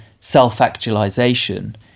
self-actualization